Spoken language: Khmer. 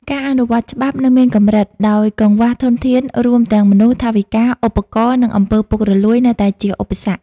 ការអនុវត្តច្បាប់នៅមានកម្រិត ដោយកង្វះធនធាន រួមទាំងមនុស្ស ថវិកា ឧបករណ៍ និងអំពើពុករលួយនៅតែជាឧបសគ្គ។